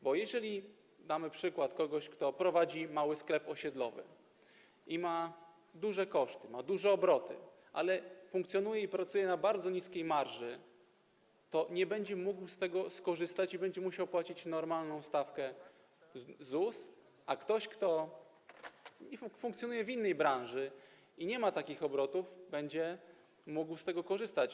Bo jeżeli damy przykład kogoś, kto prowadzi mały sklep osiedlowy i ma duże koszty, ma duże obroty, ale funkcjonuje i pracuje na bardzo niskiej marży, to okaże się, że nie będzie mógł z tego korzystać i będzie musiał płacić normalną stawkę ZUS, a ktoś, kto funkcjonuje w innej branży i nie ma takich obrotów, będzie mógł z tego korzystać.